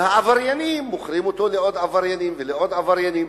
והעבריינים מוכרים אותו לעוד עבריינים ולעוד עבריינים,